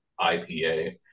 IPA